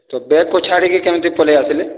ତ ବ୍ୟାଗକୁ ଛାଡ଼ିକି କେମିତି ପଳେଇଆସିଲେ